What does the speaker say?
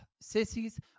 Sissies